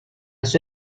sua